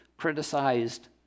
criticized